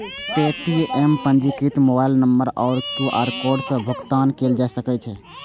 Paytm सं पंजीकृत mobile number आ क्यू.आर कोड सं भुगतान कैल जा सकै छै